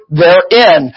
therein